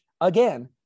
again